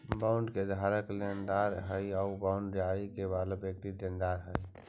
bond के धारक लेनदार हइ आउ बांड जारी करे वाला व्यक्ति देनदार हइ